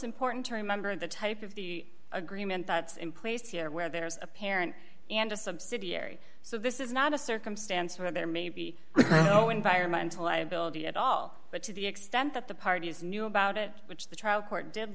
important to remember the type of the agreement that's in place here where there is a parent and a subsidiary so this is not a circumstance where there may be no environmental liability at all but to the extent that the parties knew about it which the trial court did